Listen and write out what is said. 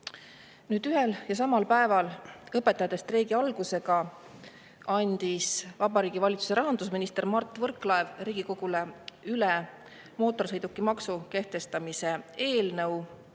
juures! Samal päeval õpetajate streigi algusega andis Vabariigi Valitsuse rahandusminister Mart Võrklaev Riigikogule üle mootorsõidukimaksu kehtestamise eelnõu,